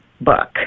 book